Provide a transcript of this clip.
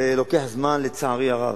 ולוקח זמן, לצערי הרב.